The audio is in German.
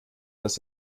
das